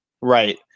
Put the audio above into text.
Right